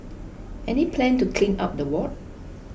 any plan to clean up the ward